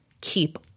keep